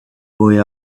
boy